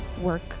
work